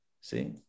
See